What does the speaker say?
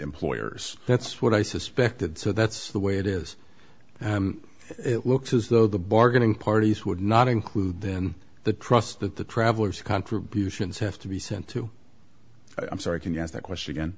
employers that's what i suspected so that's the way it is and it looks as though the bargaining parties would not include then the trust that the traveller's contributions have to be sent to i'm sorry can you ask that question